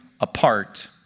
apart